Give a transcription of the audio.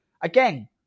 Again